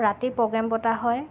ৰাতি প্ৰগ্ৰেম পতা হয়